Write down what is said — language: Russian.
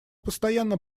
постоянно